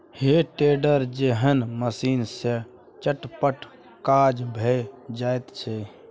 हे टेडर जेहन मशीन सँ चटपट काज भए जाइत छै